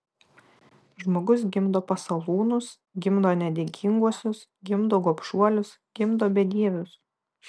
žmogus gimdo pasalūnus gimdo nedėkinguosius gimdo gobšuolius gimdo bedievius